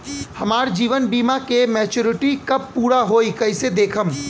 हमार जीवन बीमा के मेचीयोरिटी कब पूरा होई कईसे देखम्?